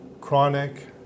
chronic